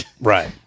Right